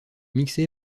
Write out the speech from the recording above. mixé